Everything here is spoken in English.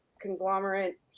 conglomerate